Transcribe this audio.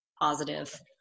positive